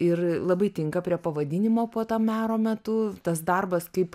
ir labai tinka prie pavadinimo puota maro metu tas darbas kaip